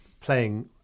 playing